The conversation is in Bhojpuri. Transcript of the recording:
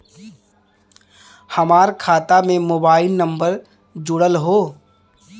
हमार खाता में मोबाइल नम्बर जुड़ल हो?